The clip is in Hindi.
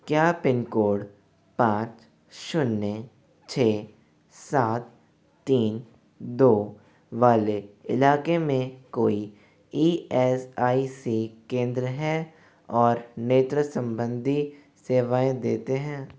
क्या पिनकोड पाँच शून्य छः सात तीन दो वाले इलाके में कोई ई एस आई सी केंद्र हैं और नेत्र संबंधी सेवाएँ देते हैं